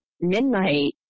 midnight